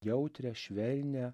jautrią švelnią